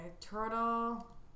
Turtle